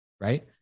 right